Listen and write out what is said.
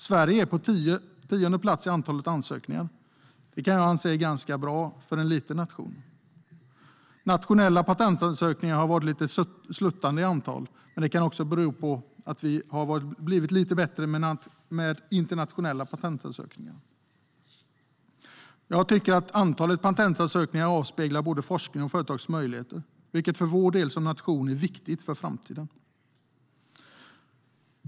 Sverige är på tionde plats i antalet ansökningar. Det anser jag är bra för en liten nation. Nationella patentansökningar har varit lite sluttande i antal, men det kan också bero på att Sverige har blivit lite bättre med internationella patentansökningar. Antalet patentansökningar avspeglar både forskningens möjligheter och företagens möjligheter, vilket för vår del som nation är viktigt inför framtiden.